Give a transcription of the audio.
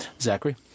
Zachary